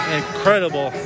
incredible